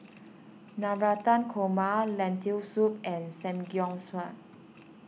Navratan Korma Lentil Soup and Samgyeopsal